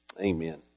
Amen